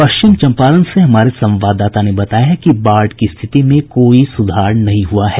पश्चिम चम्पारण से हमारे संवाददाता ने बताया है कि बाढ़ की स्थिति में कोई सुधार नहीं हुआ है